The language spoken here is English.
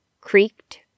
creaked